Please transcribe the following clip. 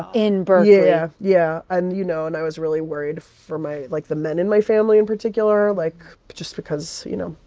in berkeley? yeah, yeah. and you know, and i was really worried for my like, the men in my family in particular, like, just because, you know.